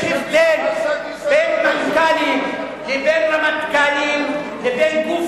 יש הבדל בין מנכ"לים לבין רמטכ"לים ובין גוף